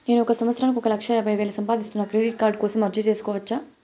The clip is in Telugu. నేను ఒక సంవత్సరానికి ఒక లక్ష యాభై వేలు సంపాదిస్తాను, క్రెడిట్ కార్డు కోసం అర్జీ సేసుకోవచ్చా?